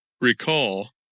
recall